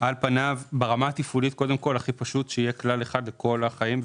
על פניו ברמה התפעולית הכי פשוט שיהיה כלל אחד לכל החיים.